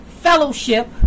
fellowship